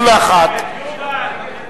61. ההסתייגות של קבוצת סיעת מרצ וקבוצת